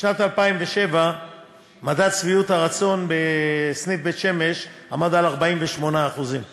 בשנת 2007 מדד שביעות הרצון בסניף בית-שמש עמד על 48%; היום,